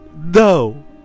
No